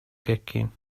gegin